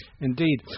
Indeed